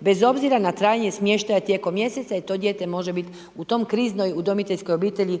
bez obzira na trajanja smještaja tijekom mjeseca i to dijete može biti u toj kriznoj udomiteljskoj obitelji